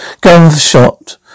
Gunshot